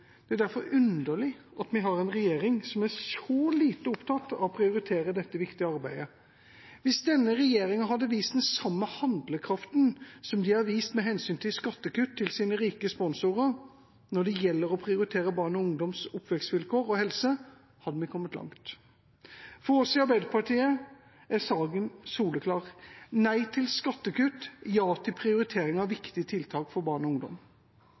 Det er derfor underlig at vi har en regjering som er så lite opptatt av å prioritere dette viktige arbeidet. Hvis denne regjeringa hadde vist den samme handlekraften som de har vist med hensyn til skattekutt til sine rike sponsorer, når det gjelder å prioritere barns og ungdoms oppvekstvilkår og helse, hadde vi kommet langt. For oss i Arbeiderpartiet er saken soleklar. Nei til skattekutt, ja til prioritering av viktige tiltak for barn og ungdom.